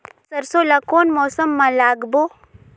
सरसो ला कोन मौसम मा लागबो?